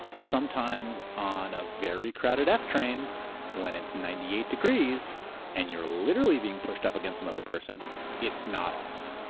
sometimes on a very crowded f train when it's ninety eight degrees and you're literally being pushed up against another person it's not awesome.